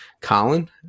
Colin